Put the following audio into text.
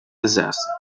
disaster